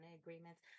agreements